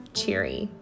cheery